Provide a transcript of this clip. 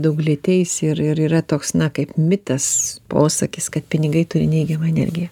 daug lieteisi ir ir yra toks na kaip mitas posakis kad pinigai turi neigiamą energiją